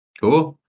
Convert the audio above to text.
Cool